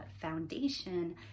foundation